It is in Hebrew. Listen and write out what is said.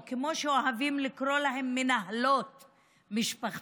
או כמו שאוהבים לקרוא להן "מנהלות משפחתונים",